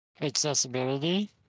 accessibility